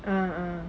(uh huh)